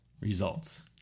results